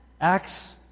Acts